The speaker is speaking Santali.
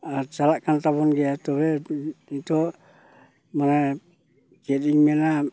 ᱟᱨ ᱪᱟᱞᱟᱜᱠᱟᱱ ᱛᱟᱵᱚᱱ ᱜᱮᱭᱟ ᱛᱚᱵᱮ ᱱᱤᱛᱚᱜ ᱢᱟᱱᱮ ᱪᱮᱫᱤᱧ ᱢᱮᱱᱟ